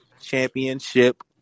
championship